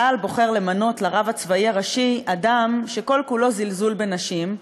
צה"ל בוחר למנות לרב הצבאי הראשי אדם שכל-כולו זלזול בנשים,